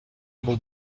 able